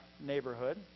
neighborhood